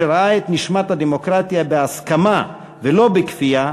שראה את נשמת הדמוקרטיה בהסכמה ולא בכפייה,